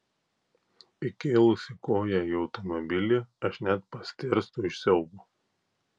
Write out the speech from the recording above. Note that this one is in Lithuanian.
įkėlusi koją į automobilį aš net pastėrstu iš siaubo